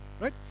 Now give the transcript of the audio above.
right